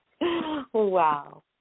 Wow